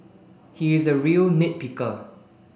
he is a real nit picker